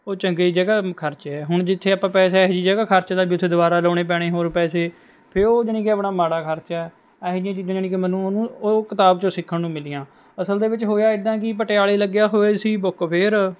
ਉਹ ਚੰਗੀ ਜਗ੍ਹਾ ਖਰਚਿਆ ਹੈ ਹੁਣ ਜਿੱਥੇ ਆਪਾਂ ਪੈਸਾ ਇਹੋ ਜਿਹੀ ਜਗ੍ਹਾ ਖਰਚ ਦਿੱਤਾ ਵੀ ਉੱਥੇ ਦੁਬਾਰਾ ਲਾਉਣੇ ਪੈਣੇ ਹੋਰ ਪੈਸੇ ਫੇਰ ਉਹ ਜਾਣੀ ਕਿ ਆਪਣਾ ਮਾੜਾ ਖਰਚਾ ਹੈ ਇਹੋ ਜਿਹੀਆਂ ਚੀਜ਼ਾਂ ਜਾਣੀ ਕਿ ਮੈਨੂੰ ਉਹਨੂੰ ਉਹ ਕਿਤਾਬ 'ਚੋਂ ਸਿੱਖਣ ਨੂੰ ਮਿਲੀਆਂ ਅਸਲ ਦੇ ਵਿੱਚ ਹੋਇਆ ਇੱਦਾਂ ਕਿ ਪਟਿਆਲੇ ਲੱਗਿਆ ਹੋਇਆ ਸੀ ਬੁੱਕ ਫੇਅਰ